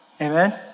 Amen